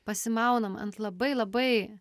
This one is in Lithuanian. pasimaunama ant labai labai